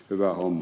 hyvä homma